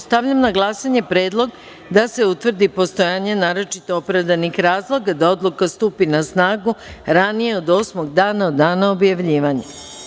Stavljam na glasanje predlog da se utvrdi postojanje naročito opravdanih razloga da odluka stupi na snagu ranije od osmog dana od dana objavljivanja.